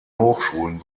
hochschulen